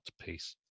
piece